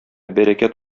бәрәкәт